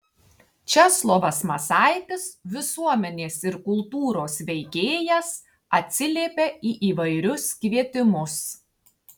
česlovas masaitis visuomenės ir kultūros veikėjas atsiliepia į įvairius kvietimus